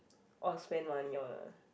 orh spend money on ah